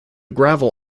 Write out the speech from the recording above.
gravel